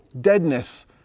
deadness